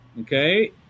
Okay